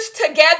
together